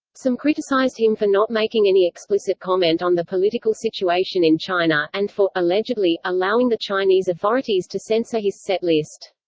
some criticised him for not making any explicit comment on the political situation in china, and for, allegedly, allowing the chinese authorities to censor his set list.